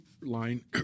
line